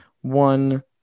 one